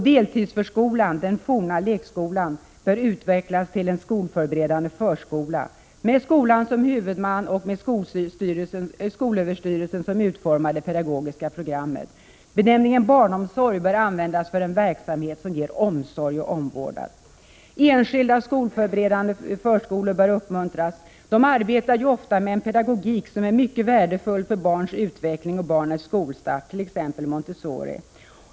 Deltidsförskolan, den forna lekskolan, bör utvecklas till en skolförberedande förskola, där skolan är huvudman och skolöverstyrelsen utformar det pedagogiska programmet. Benämningen barnomsorg bör användas för en verksamhet som ger omsorg och omvårdnad. Enskilda skolförberedande förskolor bör uppmuntras. De arbetar ofta med en pedagogik som är mycket värdefull för barnets utveckling och för barnets skolstart — t.ex. Montessori.